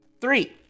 Three